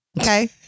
okay